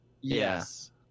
Yes